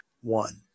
one